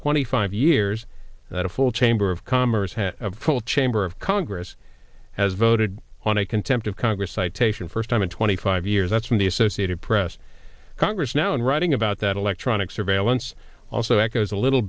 twenty five years that a full chamber of commerce has a full chamber of congress has voted on a contempt of congress citation first time in twenty five years that's from the associated press congress now in writing about that electronic surveillance also echoes a little